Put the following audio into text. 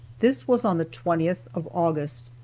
this was on the twentieth of august,